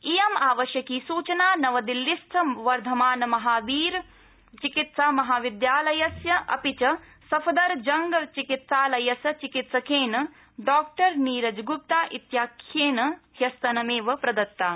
इयं आवश्यकी सूचना नवदिल्लीस्थ वर्धमान महावीर चिकित्सा महाविद्यालयस्य अपि च सफदरजंग चिकित्सालयस्य चिकित्सकेन डॉ नीरज गुप्ता इत्याख्येन ह्यस्तनमेव प्रदत्ता